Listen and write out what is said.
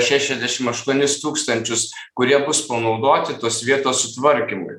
šešiasdešim aštuonis tūkstančius kurie bus panaudoti tos vietos sutvarkymui